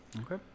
Okay